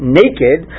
naked